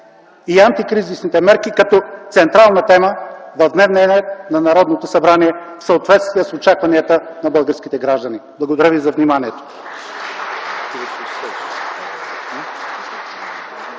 и антикризисните мерки, като централна тема в дневния ред на Народното събрание в съответствие с очакванията на българските граждани. Благодаря Ви за вниманието.